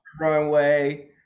Runway